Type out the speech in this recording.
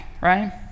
right